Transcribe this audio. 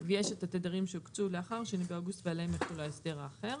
ויש את התדרים שהוקצו לאחר ה-2 באוגוסט ועליהם יחול ההסדר האחר.